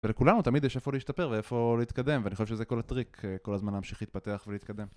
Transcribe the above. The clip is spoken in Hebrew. ולכולנו תמיד יש איפה להשתפר ואיפה להתקדם ואני חושב שזה כל הטריק כל הזמן להמשיך להתפתח ולהתקדם